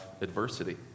adversity